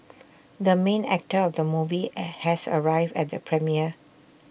the main actor of the movie are has arrived at the premiere